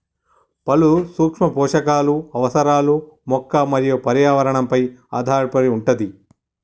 పలు సూక్ష్మ పోషకాలు అవసరాలు మొక్క మరియు పర్యావరణ పై ఆధారపడి వుంటది